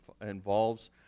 involves